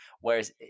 whereas